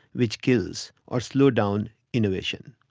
which kills or slows down innovation.